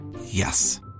Yes